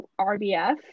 RBF